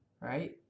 right